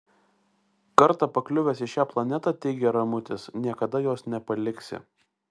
kartą pakliuvęs į šią planetą teigė ramutis niekada jos nepaliksi